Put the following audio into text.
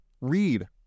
Read